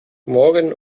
morgan